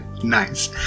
Nice